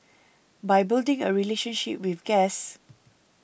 by building a relationship with guests